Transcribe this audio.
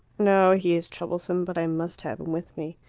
no, he is troublesome, but i must have him with me.